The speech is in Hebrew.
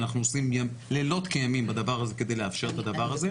ואנחנו עושים לילות כימים כדי לאפשר את הדבר הזה.